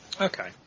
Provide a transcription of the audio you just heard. Okay